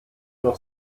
noch